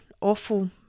awful